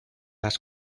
las